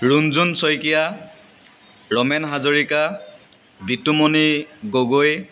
Runjun Saikia Ramen Hazarika Bitumoni Gogoi